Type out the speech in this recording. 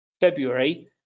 February